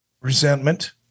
resentment